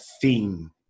theme